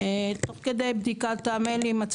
תוך כדי בדיקת המיילים,